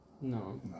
No